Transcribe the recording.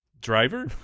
Driver